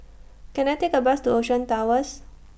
Can I Take A Bus to Ocean Towers